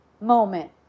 moment